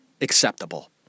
acceptable